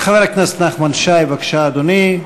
חבר הכנסת נחמן שי, בבקשה, אדוני.